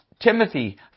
Timothy